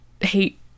hate